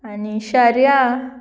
आनी शर्या